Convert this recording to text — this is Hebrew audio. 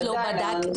עוד לא בדקתם?